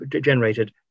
generated